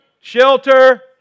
shelter